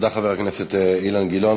תודה, חבר הכנסת אילן גילאון.